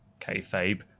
kayfabe